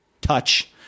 touch